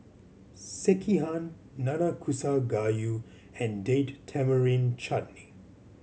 Sekihan Nanakusa Gayu and Date Tamarind Chutney